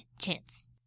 chance